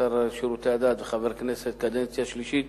השר לשירותי הדת וחבר הכנסת זו הקדנציה השלישית.